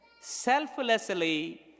selflessly